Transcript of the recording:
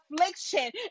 affliction